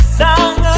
song